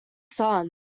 sun